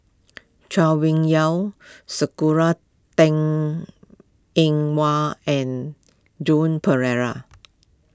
Chay Weng Yew Sakura Teng Ying Hua and Joan Pereira